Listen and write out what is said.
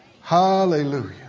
Hallelujah